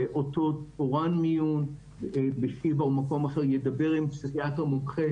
ואותו תורן מיון בשיבא או במקום אחר ידבר עם פסיכיאטר ממוחה